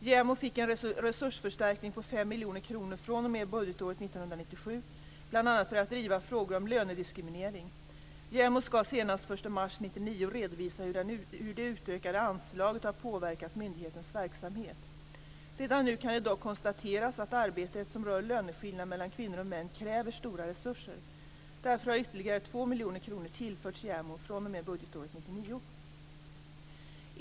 · JämO fick en resursförstärkning på 5 miljoner kronor fr.o.m. budgetåret 1997, bl.a. för att driva frågor om lönediskriminering. JämO skall senast den 1 mars 1999 redovisa hur det utökade anslaget har påverkat myndighetens verksamhet. Redan nu kan det dock konstateras att arbetet som rör löneskillnader mellan kvinnor och män kräver stora resurser. Därför har ytterligare 2 miljoner kronor tillförts JämO fr.o.m. budgetåret 1999.